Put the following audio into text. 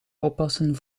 oppassen